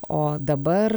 o dabar